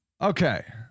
okay